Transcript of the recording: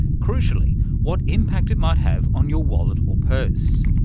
crucially what impact it might have on your wallet or purse.